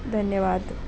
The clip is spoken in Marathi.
धन्यवाद